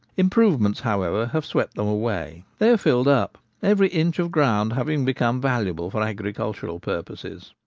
improvements, however, have swept them away they are filled up, every inch of ground having be come valuable for agricultural purposes.